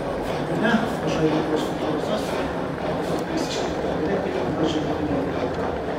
punia mažoji lietuvos kultūros sostinė metus baigs iškilmingu renginiu gruodžio viduryje